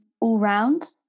all-round